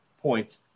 points